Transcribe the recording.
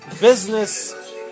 business